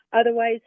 Otherwise